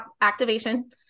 activation